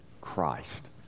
Christ